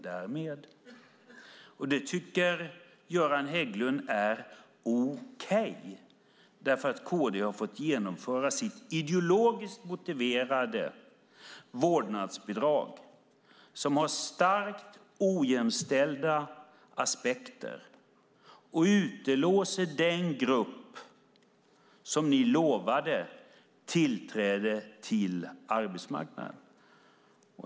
Det tycker Göran Hägglund är okej, därför att KD har fått genomföra sitt ideologiskt motiverade vårdnadsbidrag som har starkt ojämställda aspekter och utelåser den grupp som ni lovade tillträde till arbetsmarknaden.